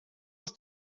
ist